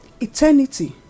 eternity